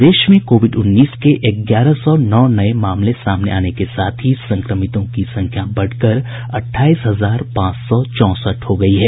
प्रदेश में कोविड उन्नीस के ग्यारह सौ नौ नये मामले सामने आने के साथ ही संक्रमितों की संख्या बढ़कर अठाईस हजार पांच सौ चौंसठ हो गयी है